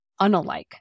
unalike